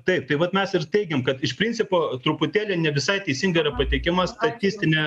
taip tai vat mes ir teigiam kad iš principo truputėlį ne visai teisinga yra pateikiama statistinė